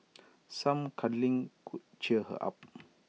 some cuddling could cheer her up